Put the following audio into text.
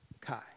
Kai